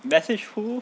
message who